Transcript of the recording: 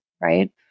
right